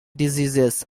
diseases